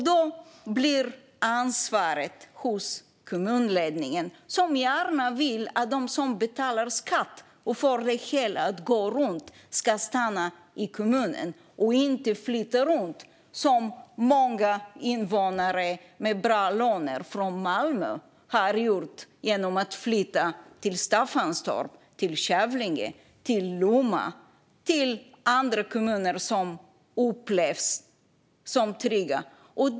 Då hamnar ansvaret hos kommunledningen, som gärna vill att de som betalar skatt och får det hela att gå runt ska stanna i kommunen och inte flytta runt, som många invånare med bra lön i Malmö har gjort genom att flytta till Staffanstorp, Kävlinge eller Lomma. De flyttar till andra kommuner, som upplevs som trygga.